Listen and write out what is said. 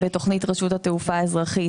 בתוכנית רשות התעופה האזרחית,